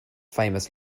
famous